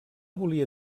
volia